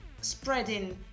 spreading